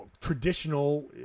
Traditional